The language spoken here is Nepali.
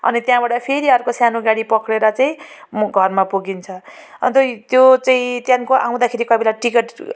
अनि त्यहाँबाट फेरि अर्को सानो गाडी पक्रेर चाहिँ म घरमा पुगिन्छ अन्त त्यो चाहिँ त्यहाँदेखिको आउँदाखेरि कोही बेला टिकट